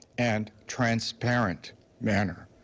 and transparent manner.